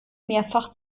mehrfach